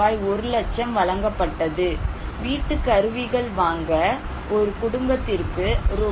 1 லட்சம் வழங்கப்பட்டது வீட்டு கருவிகள் வாங்க ஒரு குடும்பத்திற்கு ரூ